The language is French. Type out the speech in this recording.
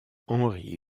henry